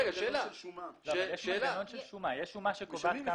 יש מנגנון של שומה, יש שומה שקובעת.